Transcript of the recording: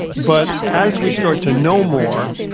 but as we start to know more,